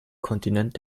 kontinent